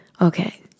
Okay